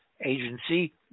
agency